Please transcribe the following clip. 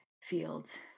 fields